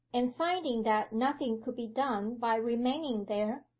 and, finding that nothing could be done by remaining there,